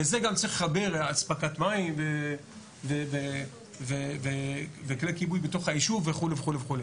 לזה צריך גם לחבר אספקת מים וכלי כיבוי בתוך הישוב וכולי.